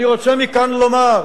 אני רוצה מכאן לומר,